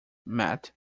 mat